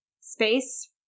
space